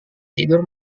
tidur